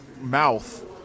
mouth